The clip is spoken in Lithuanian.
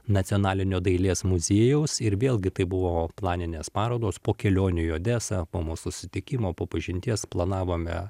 nacionalinio dailės muziejaus ir vėlgi tai buvo planinės parodos po kelionių į odesą po mūsų susitikimo pažinties planavome